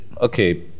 Okay